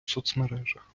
соцмережах